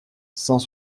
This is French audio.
cent